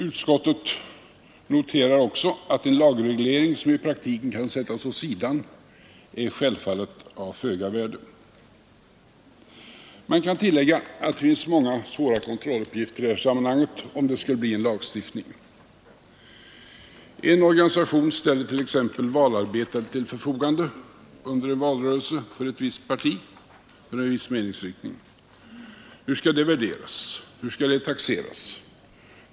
Utskottet noterar också att en lagreglering som i praktiken kan sättas åt sidan självfallet är av föga värde. Man kan tillägga att det finns många svåra kontrolluppgifter i detta sammanhang om det skulle bli lagstiftning. En organisation ställer t.ex. valarbetare till förfogande under en valrörelse för ett visst parti eller en viss meningsriktning. Hur skall det värderas? Hur skall det taxeras?